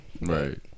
Right